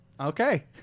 Okay